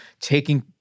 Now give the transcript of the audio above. taking